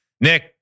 Nick